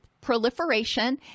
proliferation